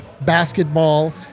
basketball